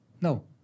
no